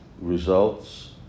results